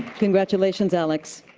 congratulations, alex.